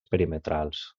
perimetrals